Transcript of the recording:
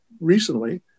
recently